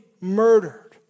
murdered